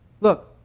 Look